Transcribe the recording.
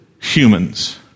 humans